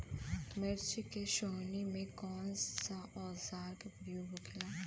मिर्च के सोहनी में कौन सा औजार के प्रयोग होखेला?